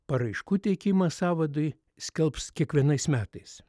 paraiškų teikimą sąvadui skelbs kiekvienais metais